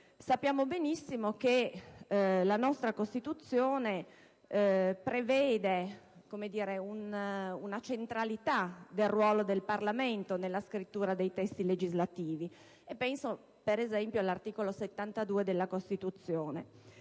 Sappiamo benissimo che la nostra Costituzione prevede una centralità del ruolo del Parlamento nella scrittura dei testi legislativi: penso, per esempio, all'articolo 72 della Costituzione.